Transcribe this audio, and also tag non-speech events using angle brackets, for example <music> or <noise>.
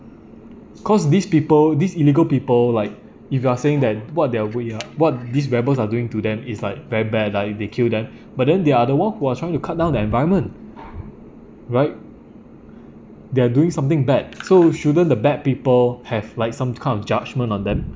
cause these people these illegal people like if you are saying that what they're way ah what these rebels are doing to them it's like very bad lah if they kill them <breath> but then they're the one who are trying to cut down the environment right they're doing something bad so shouldn't the bad people have like some kind of judgement on them